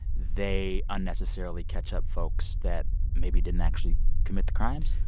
they unnecessarily catch up folks that maybe didn't actually commit the crimes?